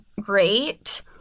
great